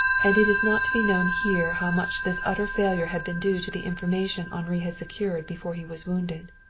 and it is not to be known here how much this utter failure had been due to the information henri had secured before he was wounded.